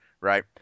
right